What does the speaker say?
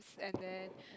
and then